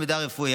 המידע הרפואי.